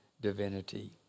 divinity